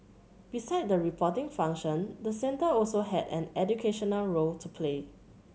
beside the reporting function the centre also has an educational role to play